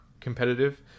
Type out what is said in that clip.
competitive